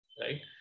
right